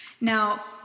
Now